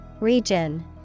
Region